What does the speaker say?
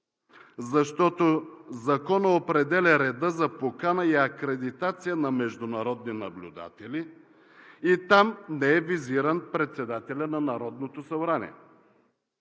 защото законът определя реда за покана и акредитация на международни наблюдатели и там не е визиран председателят на Народното събрание.